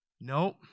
Nope